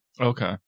Okay